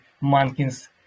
monkeys